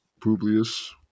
Publius